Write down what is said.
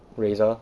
Razer